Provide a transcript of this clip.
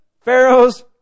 Pharaoh's